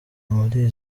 muri